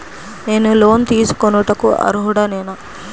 నేను లోన్ తీసుకొనుటకు అర్హుడనేన?